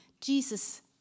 Jesus